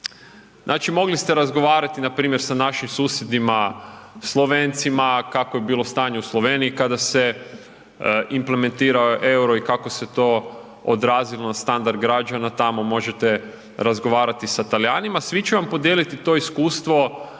Znači, mogli ste razgovarati npr. sa našim susjedima Slovencima kakvo je bilo stanje u Sloveniji kada se implementirao EUR-o i kako se to odrazilo na standard građana tamo, možete razgovarati sa Talijanima, svi će vam podijeliti to iskustvo,